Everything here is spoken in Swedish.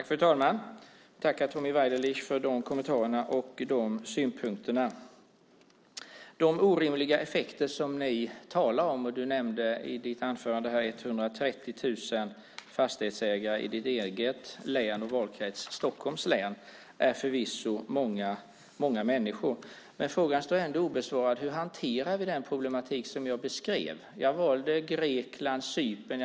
Fru talman! Jag tackar Tommy Waidelich för de kommentarerna och de synpunkterna. Ni talar om orimliga effekter. Du nämnde i ditt anförande 130 000 fastighetsägare i ditt eget län och valkrets Stockholms län. Det är förvisso många människor. Men frågan står ändå obesvarad: Hur hanterar vi den problematik som jag beskrev? Jag valde Grekland och Cypern.